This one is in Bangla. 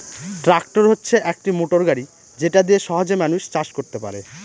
ট্র্যাক্টর হচ্ছে একটি মোটর গাড়ি যেটা দিয়ে সহজে মানুষ চাষ করতে পারে